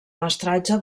mestratge